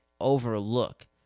overlook